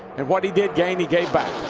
and what he did gain he gave back.